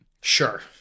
Sure